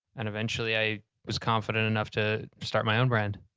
and eventually i was confident enough to start my own brand.